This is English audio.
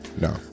No